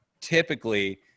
typically